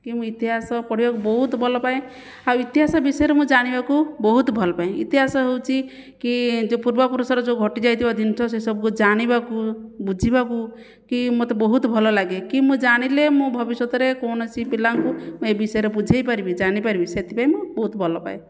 କି ମୁଁ ଇତିହାସ ପଢ଼ିବାକୁ ବହୁତ ଭଲ ପାଏ ଆଉ ଇତିହାସ ବିଷୟରେ ମୁଁ ଜାଣିବାକୁ ବହୁତ ଭଲ ପାଏ ଇତିହାସ ହେଉଛି କି ଯୋ ପୂର୍ବପୁରୁଷର ଯେଉଁ ଘଟିଯାଇଥିବା ଜିନିଷ ସେସବୁକୁ ଜାଣିବାକୁ ବୁଝିବାକୁ କି ମୋତେ ବହୁତ ଭଲ ଲାଗେ କି ମୁଁ ଜାଣିଲେ ମୁଁ ଭବିଷ୍ୟତରେ କୌଣସି ପିଲାଙ୍କୁ ମୁଁ ଏହି ବିଷୟରେ ବୁଝାଇପାରିବି ଜାଣିପାରିବି ସେଥିପାଇଁ ମୁଁ ବହୁତ ଭଲ ପାଏ